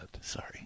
Sorry